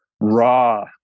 raw